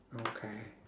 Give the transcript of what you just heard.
okay